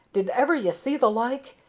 did ever you see the like?